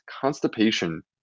constipation